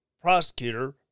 prosecutor